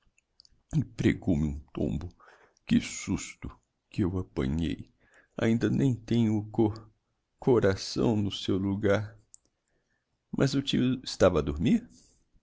e pregou me um tombo que susto que que eu apanhei ainda nem tenho o co coração no seu logar mas o tio estava a dormir